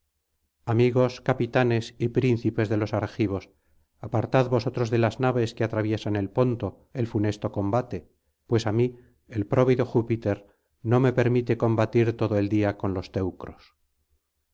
amigos capitanes y príncipes de los argivos apartad vosotros de las naves que atraviesan el ponto el funesto combate pues á mí el próvido júpiter no me permite combatir todo el día con los teneros